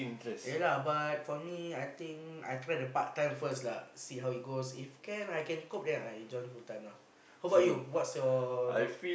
ya lah but for me I think I try the part time first lah see how it goes if can I can cope then I join full time lah how about you what's your jobs